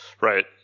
Right